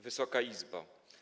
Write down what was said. Wysoka Izbo!